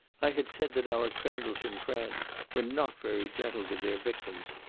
i had said that our criminals in france were not very gentle with their victims,